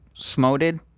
smoted